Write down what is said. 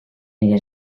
nire